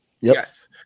yes